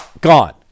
gone